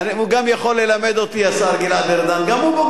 גם הוא יכול ללמד אותי,